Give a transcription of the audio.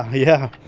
ah yeah.